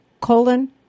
colon